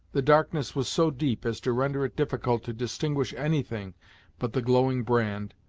the darkness was so deep as to render it difficult to distinguish anything but the glowing brand,